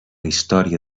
història